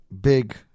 big